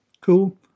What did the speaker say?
Cool